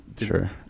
Sure